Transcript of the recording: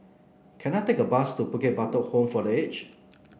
can I take a bus to Bukit Batok Home for The Aged